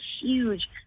huge